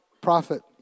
prophet